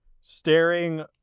staring